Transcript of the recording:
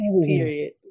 period